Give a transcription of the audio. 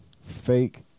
fake